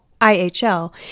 IHL